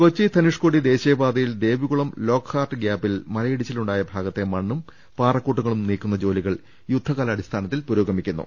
കൊച്ചി ധനുഷ്ക്കോടി ദേശീയപാതയിൽ ദേവികുളം ലോക്ക്ഹാർട്ട് ഗ്യാപ്പിൽ മലയിടിച്ചിലുണ്ടായ ഭാഗത്തെ മണ്ണും പാറക്കൂട്ടങ്ങളും നീക്കുന്ന ജോലികൾ യുദ്ധകാലാടിസ്ഥാന ത്തിൽ പുരോഗമിക്കുന്നു